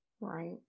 Right